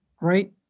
right